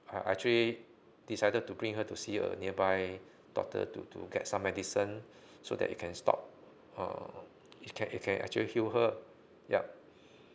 I actually decided to bring her to see a nearby doctor to to get some medicine so that it can stop uh it can it can actually feel her yup